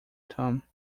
tom